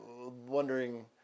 wondering